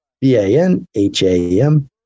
B-A-N-H-A-M